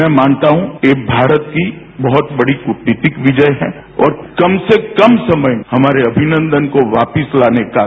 मैं मानता हूं भारत की बहुत बड़ी कूटनीतिक विजय है और कम से कम समय में हमारे अभिनंदन को वापस ला निकाला